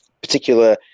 particular